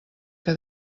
que